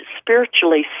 spiritually